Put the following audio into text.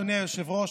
אדוני היושב-ראש,